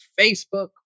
Facebook